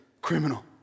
criminal